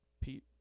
Pete